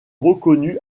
reconnu